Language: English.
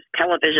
television